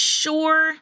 sure